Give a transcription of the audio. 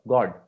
God